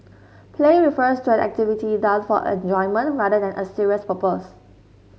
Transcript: play refers to an activity done for enjoyment rather than a serious purpose